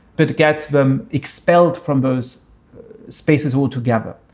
but gets them expelled from those spaces altogether,